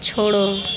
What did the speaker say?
छोड़ो